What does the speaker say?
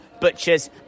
Butchers